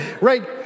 right